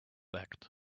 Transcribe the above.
act